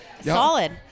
Solid